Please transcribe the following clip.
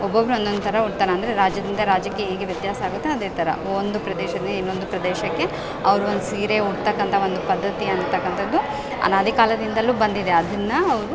ಒಬ್ಬೊಬ್ಬರು ಒಂದೊಂದು ಥರ ಉಡ್ತಾರೆ ಅಂದರೆ ರಾಜ್ಯದಿಂದ ರಾಜ್ಯಕ್ಕೆ ಹೇಗೆ ವ್ಯತ್ಯಾಸ ಆಗುತ್ತೋ ಅದೇ ಥರ ಒಂದು ಪ್ರದೇಶದಿಂದ ಇನ್ನೊಂದು ಪ್ರದೇಶಕ್ಕೆ ಅವರು ಒಂದು ಸೀರೆ ಉಡ್ತಕ್ಕಂಥ ಒಂದು ಪದ್ಧತಿ ಅಂತಕಂಥದ್ದು ಅನಾದಿ ಕಾಲದಿಂದಲು ಬಂದಿದೆ ಅದನ್ನು ಅವರು